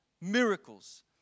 Miracles